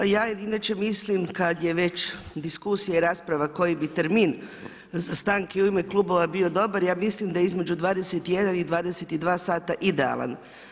Ja inače mislim već kada je diskusija i rasprava koji bi termin za stanke u ime klubova bio dobar, ja mislim da između 21 i 22 sata idealan.